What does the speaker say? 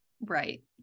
Right